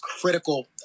critical